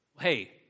hey